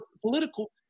political